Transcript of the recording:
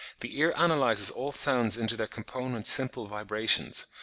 the ear analyses all sounds into their component simple vibrations,